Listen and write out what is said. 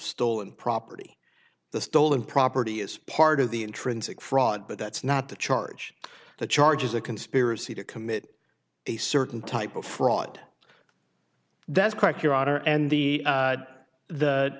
stolen property the stolen property is part of the intrinsic fraud but that's not the charge the charges of conspiracy to commit a certain type of fraud that's correct your honor and the